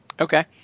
Okay